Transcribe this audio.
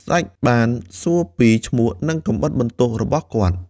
ស្ដេចបានសួរពីឈ្មោះ និងកាំបិតបន្ទោះរបស់គាត់។